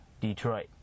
Detroit